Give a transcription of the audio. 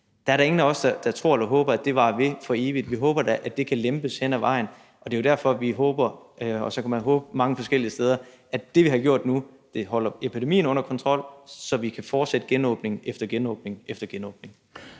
Der er da ingen af os, der tror eller håber, at det varer ved for evigt. Vi håber da, at det kan lempes hen ad vejen, og det er jo derfor, vi håber – og så kan man håbe mange forskellige steder – at det, vi har gjort nu, holder epidemien under kontrol, så vi kan fortsætte genåbning efter genåbning. Kl.